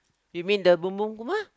you mean the Kumar